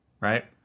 right